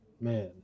man